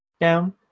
down